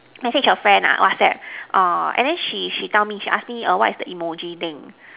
message a friend ah WhatsApp err and then she she tell me she ask me err what is the emoji thing